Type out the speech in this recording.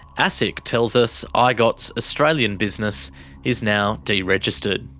asic tells us igot's australian business is now deregistered.